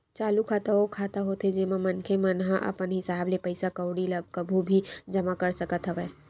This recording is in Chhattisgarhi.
चालू खाता ओ खाता होथे जेमा मनखे मन ह अपन हिसाब ले पइसा कउड़ी ल कभू भी जमा कर सकत हवय